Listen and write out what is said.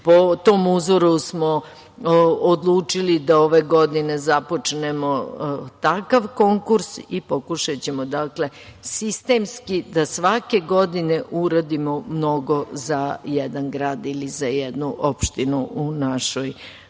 Po tom uzoru smo odlučili da ove godine započnemo takav konkurs i pokušaćemo, dakle, sistemski da svake godine uradimo mnogo za jedan grad ili za jednu opštinu u našoj